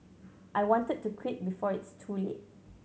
I wanted to quit before it's too late